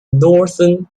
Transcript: northern